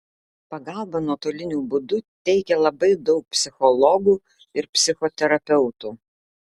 pagalbą nuotoliniu būdu teikia labai daug psichologų ir psichoterapeutų